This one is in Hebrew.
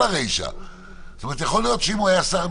הם התייחסו לאלימות כלכלית --- השאלה היא האם כשישב משרד